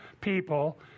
people